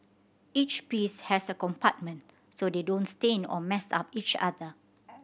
each piece has a compartment so they don't stain or mess up each other